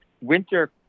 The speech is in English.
winter